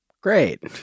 Great